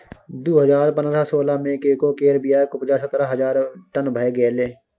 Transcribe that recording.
दु हजार पनरह सोलह मे कोको केर बीयाक उपजा सतरह हजार टन भए गेलै